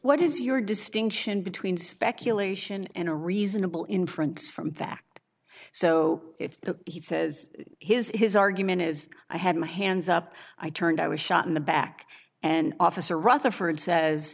what is your distinction between speculation and a reasonable inference from fact so if he says his his argument is i had my hands up i turned i was shot in the back and officer rutherford says